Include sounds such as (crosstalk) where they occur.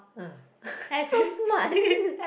ah (laughs) so smart